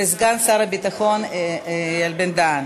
וסגן שר הביטחון אלי בן-דהן.